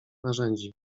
narzędzi